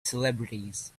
celebrities